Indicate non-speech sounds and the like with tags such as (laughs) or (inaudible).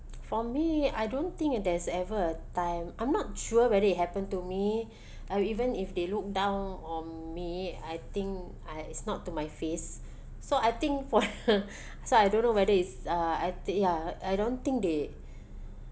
for me I don't think there's ever a time I'm not sure whether it happen to me (breath) or even if they look down on me I think uh it's not to my face so I think for (laughs) so I don't know whether is uh I th~ ya I don't think they